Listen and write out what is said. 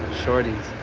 shorties.